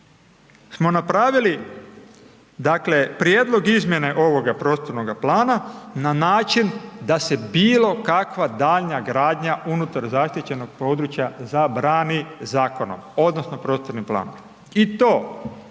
smo napravili dakle prijedlog izmjene ovoga prostornoga plana na način da se bilokakva daljnja gradnja unutar zaštićenog područja zabrani zakonom odnosno prostornim planom.